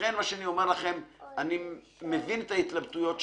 לכן מה שאני אומר לכם הוא שאני מבין את ההתלבטויות שלכם,